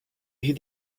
ich